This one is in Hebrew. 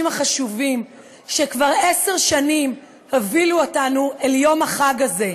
החשובים שכבר עשר שנים הובילו אותנו ליום החג הזה,